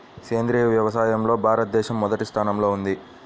సేంద్రీయ వ్యవసాయంలో భారతదేశం మొదటి స్థానంలో ఉంది